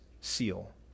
seal